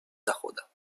дохода